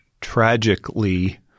tragically